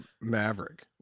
Maverick